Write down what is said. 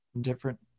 different